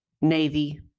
Navy